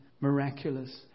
miraculous